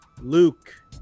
Luke